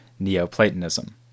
Neoplatonism